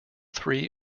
three